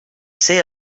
ser